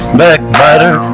backbiter